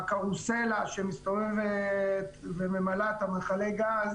והקרוסלה שמסתובבת וממלאת את מכלי הגז